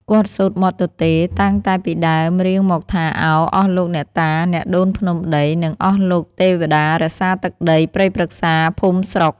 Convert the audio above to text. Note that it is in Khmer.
គាត់សូត្រមាត់ទទេ តាំងតែពីដើមរៀងមកថា: “ឱ ! អស់លោកអ្នកតា អ្នកដូនភ្នំដី និងអស់លោកទេព្ដារក្សាទឹកដីព្រៃព្រឹក្សា ភូមិស្រុក